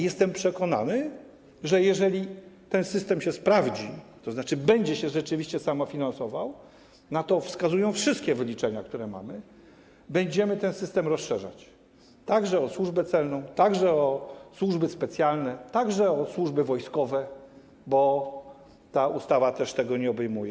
Jestem przekonany, że jeżeli ten system się sprawdzi, tzn. będzie się rzeczywiście samofinansował - na to wskazują wszystkie wyliczenia, które mamy - będziemy ten system rozszerzać, także na Służbę Celną, także na służby specjalne, także na służby wojskowe, bo ta ustawa tego nie obejmuje.